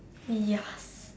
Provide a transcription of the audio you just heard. ya